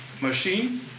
machine